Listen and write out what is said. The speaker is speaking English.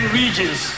regions